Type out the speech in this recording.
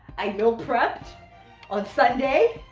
i meal prepped on sunday,